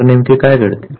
तर नेमके काय घडते